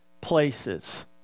places